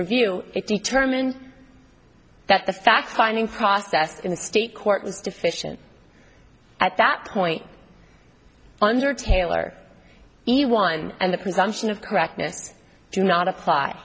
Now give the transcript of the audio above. review it determined that the fact finding process in a state court was deficient at that point under taylor he won and the presumption of correctness do not apply